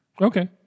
Okay